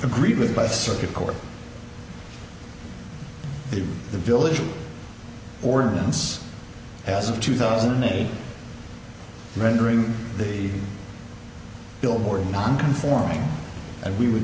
agreed with by circuit court in the village ordinance as of two thousand and eight rendering the billboard non conforming and we w